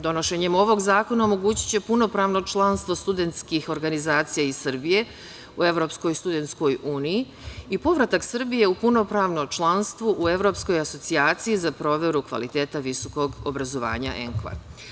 Donošenje ovog zakona omogućiće punopravno članstvo studentskih organizacija iz Srbije u Evropskoj studentskoj uniji i povratak Srbije u punopravno članstvo u Evropskoj asocijaciji za proveru kvaliteta visokog obrazovanja ENQA.